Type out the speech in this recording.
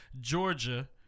Georgia